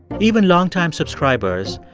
even longtime subscribers,